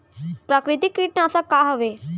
प्राकृतिक कीटनाशक का हवे?